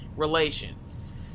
relations